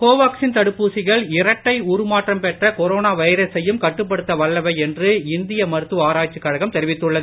கோவாக்சின் தடுப்பூசிகள் இரட்டை உருமாற்றம் பெற்ற கொரோனா வைரசையும் கட்டுப்படுத்த வல்லவை என்று இந்திய மருத்துவ ஆராய்ச்சி கழகம் தெரிவித்துள்ளது